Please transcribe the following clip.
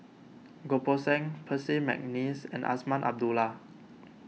Goh Poh Seng Percy McNeice and Azman Abdullah